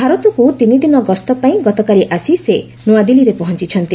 ଭାରତକୁ ତିନିଦିନ ଗସ୍ତ ପାଇଁ ଗତକାଲି ଆସି ସେ ନ୍ତଆଦିଲ୍ଲୀରେ ପହଞ୍ଚୁଛନ୍ତି